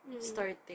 starting